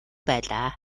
байлаа